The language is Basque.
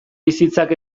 bizitzak